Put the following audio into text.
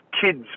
kids